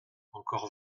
encore